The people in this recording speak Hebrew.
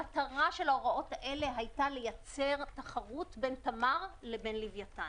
המטרה של ההוראות האלה הייתה לייצר תחרות בין תמר ובין לווייתן.